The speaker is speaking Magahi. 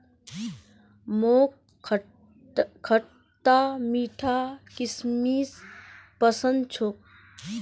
मोक खटता मीठा किशमिश पसंद छोक